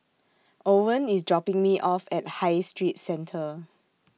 Owen IS dropping Me off At High Street Centre